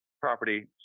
property